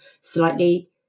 slightly